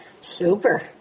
Super